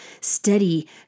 steady